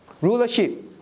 rulership